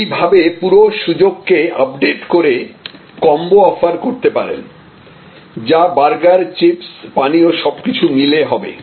এইভাবে পুরো সুযোগ কে আপডেট করে কম্বো অফার করতে পারেন যা বার্গার চিপস্ পানীয় সবকিছু মিলে হবে